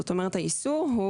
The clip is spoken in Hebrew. זאת אומרת, האיסור הוא